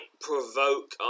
provoke